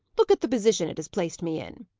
look at the position it has placed me in!